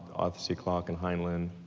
arthur c. clarke and heinlein,